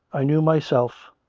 i knew myself.